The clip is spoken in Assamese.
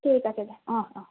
ঠিক আছে দে অঁ অঁ